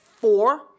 four